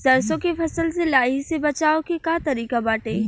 सरसो के फसल से लाही से बचाव के का तरीका बाटे?